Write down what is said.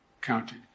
county